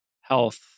health